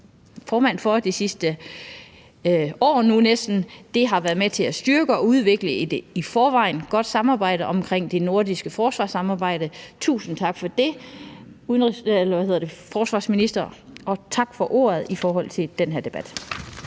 formand for det sidste år nu, næsten, har været med til at styrke og udvikle et i forvejen godt samarbejde omkring de nordiske forsvar. Tusind tak for det til forsvarsministeren. Tak for ordet i den her debat.